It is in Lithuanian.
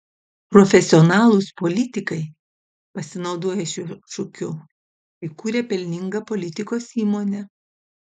profesionalūs politikai pasinaudoję šiuo šūkiu įkūrė pelningą politikos įmonę